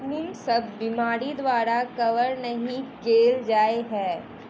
कुन सब बीमारि द्वारा कवर नहि केल जाय है?